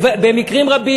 במקרים רבים,